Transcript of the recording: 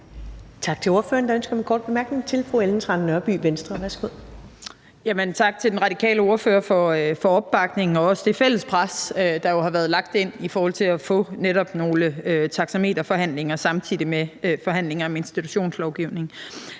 Venstre. Værsgo. Kl. 15:12 Ellen Trane Nørby (V): Tak til den radikale ordfører for opbakningen og også det fælles pres, der jo har været lagt ind i forhold til at få netop nogle taxameterforhandlinger samtidig med forhandlinger om institutionslovgivningen.